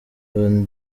ubu